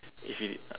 if he did uh